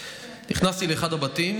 נכנסתי לאחד הבתים